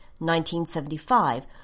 1975